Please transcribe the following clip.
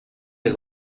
del